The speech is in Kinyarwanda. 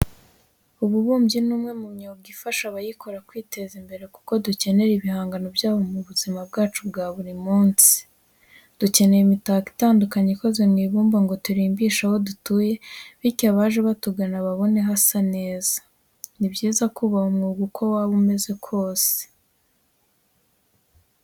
Ububumbyi ni umwe mu myuga ifasha abayikora kwiteza imbere kuko dukenera ibihangano byabo mu buzima bwacu bwa buri munsi. Dukenera imitako itandukanye ikoze mu ibumba ngo turimbishe aho dutuye bityo abaje batugana babone hasa neza. Ni byiza kubaha umwuga uko waba umeze kose.